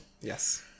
yes